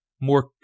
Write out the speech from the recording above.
more